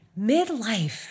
Midlife